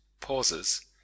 pauses